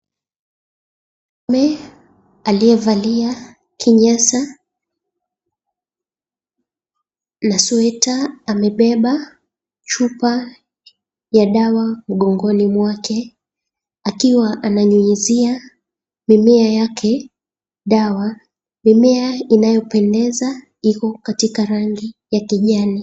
Mwanamme aliyevalia kinyasa na sweater amebeba chupa ya dawa mgongoni mwake akiwa ananyunyuzia mimea yake dawa, mimea inayopendeza iko katika rangi ya kijani.